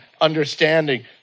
understanding